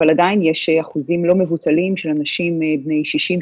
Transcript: אבל עדיין יש אחוזים לא מבוטלים של אנשים בני 60,